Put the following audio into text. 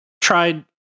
tried